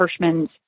Hirschman's